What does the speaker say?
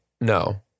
No